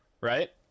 right